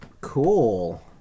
Cool